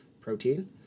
protein